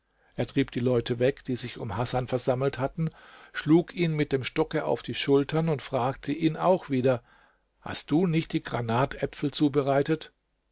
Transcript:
er trieb die leute weg die sich um hasan versammelt hatten schlug ihn mit dem stocke auf die schultern und fragte ihn auch wieder hast du nicht die granatäpfel zubereitet